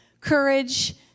courage